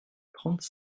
trente